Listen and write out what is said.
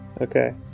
Okay